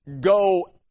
go